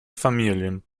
familien